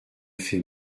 fait